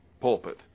pulpit